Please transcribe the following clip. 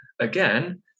again